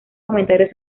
comentarios